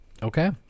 okay